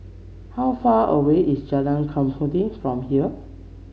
how far away is Jalan Mengkudu from here